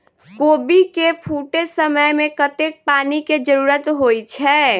कोबी केँ फूटे समय मे कतेक पानि केँ जरूरत होइ छै?